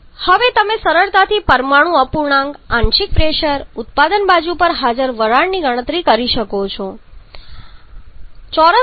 હવે તમે સરળતાથી પરમાણુ અપૂર્ણાંક આંશિક પ્રેશર ઉત્પાદન બાજુ પર હાજર વરાળની ગણતરી કરી શકો છો કે જે તમે મોલ્સની કુલ સંખ્યા દ્વારા હાજર H2O ના મોલ્સની સંખ્યાના ગુણોત્તર તરીકે સરળતાથી ગણતરી કરી શકો છો